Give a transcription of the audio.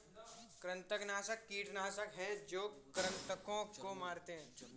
कृंतकनाशक कीटनाशक हैं जो कृन्तकों को मारते हैं